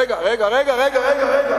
רגע, רגע.